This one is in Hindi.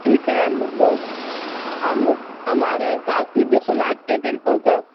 ठीक है मू बस हमलोग हम आ रहे हैं काशी विश्वनाथ के टेंपल तक